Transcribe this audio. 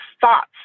thoughts